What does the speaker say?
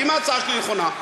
ואם ההצעה שלי נכונה,